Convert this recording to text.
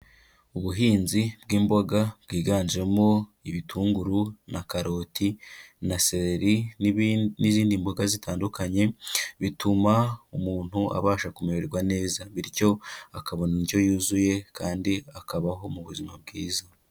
Ubuhinzi bw'imboga bwiganjemo ibitunguru na karoti, na seleri, n'izindi mboga zitandukanye, bituma umuntu abasha kumererwa neza, bityo akabona indyo yuzuye, kandi akabaho mu buzima bwiza.